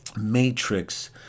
matrix